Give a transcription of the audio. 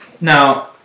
Now